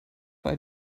bei